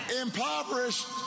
impoverished